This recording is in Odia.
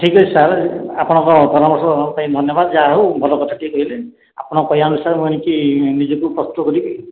ଠିକ୍ଅଛି ସାର୍ ଆପଣଙ୍କ ପରାମର୍ଶ ପାଇଁ ଧନ୍ୟବାଦ ଯାହାହେଉ ଭଲ କଥାଟିଏ କହିଲେ ଆପଣ କହିବା ଅନୁସାରେ ମୁଁ ଏଣିକି ନିଜକୁ ପ୍ରସ୍ତୁତ କରିବି